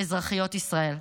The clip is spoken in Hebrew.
אזרחיות ישראל.